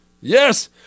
yes